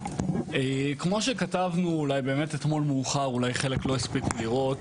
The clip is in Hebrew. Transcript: כמו שכתבנו מאוחר ואולי חלק לא הספיקו לראות,